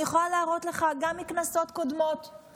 אני יכולה להראות לך, גם מכנסות קודמות.